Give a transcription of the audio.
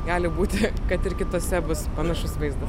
gali būti kad ir kituose bus panašus vaizdas